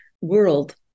world